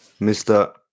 Mr